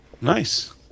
Nice